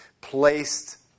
placed